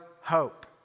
hope